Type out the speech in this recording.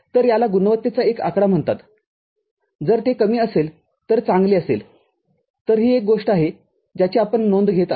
तर याला गुणवत्तेचा एक आकडा म्हणतातजर ते कमी असेल तर चांगले असेल तरही एक गोष्ट आहे ज्याची आपण नोंद घेत आहोत